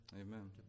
Amen